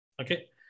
Okay